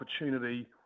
opportunity